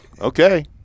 Okay